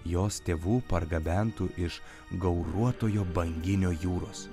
jos tėvų pargabentų iš gauruotojo banginio jūros